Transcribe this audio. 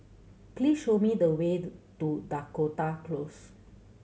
please show me the way to Dakota Close